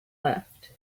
left